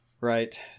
Right